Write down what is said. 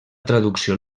traducció